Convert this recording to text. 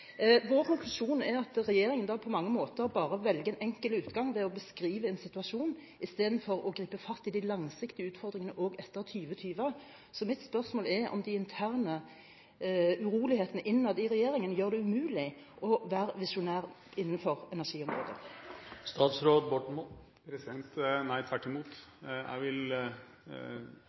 Vår konklusjon er at regjeringen på mange måter bare velger en enkel utgang ved å beskrive en situasjon, istedenfor å gripe fatt i de langsiktige utfordringene også etter 2020. Mitt spørsmål er om de interne urolighetene innad i regjeringen gjør det umulig å være visjonær innenfor energiområdet. Nei, tvert imot. Jeg vil